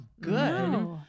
good